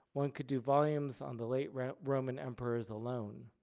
one could do volumes on the late roman roman emperors alone.